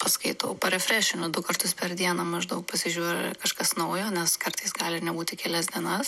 paskaitau parefrešinu du kartus per dieną maždaug pasižiūri kažkas naujo nes kartais gali ir nebūti kelias dienas